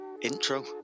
intro